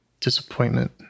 disappointment